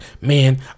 man